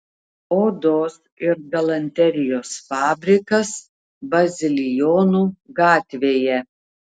odos ir galanterijos fabrikas bazilijonų gatvėje